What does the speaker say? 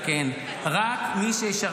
לא כל חודש, כל יום.